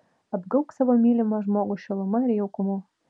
apgaubk savo mylimą žmogų šiluma ir jaukumu